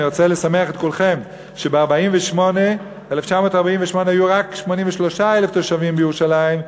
אני רוצה לשמח את כולכם בכך שב-1948 היו רק 83,000 תושבים בירושלים,